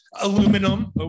Aluminum